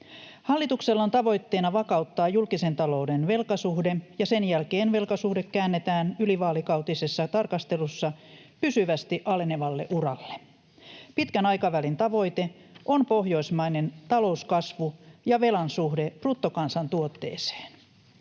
Hallituksella on tavoitteena vakauttaa julkisen talouden velkasuhde, ja sen jälkeen velkasuhde käännetään ylivaalikautisessa tarkastelussa pysyvästi alenevalle uralle. Pitkän aikavälin tavoite on pohjoismainen talouskasvu ja velan suhde bruttokansantuotteeseen.